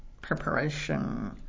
preparation